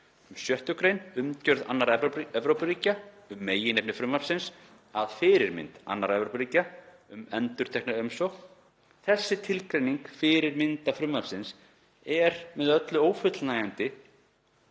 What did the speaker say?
(um 6. gr.), „umgjörð annarra Evrópuríkja“ (um meginefni frumvarpsins), „að fyrirmynd annarra Evrópuríkja“ (um endurtekna umsókn). Þessi tilgreining fyrirmynda frumvarpsins er með öllu ófullnægjandi